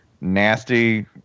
nasty